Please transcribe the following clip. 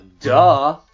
duh